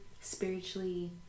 spiritually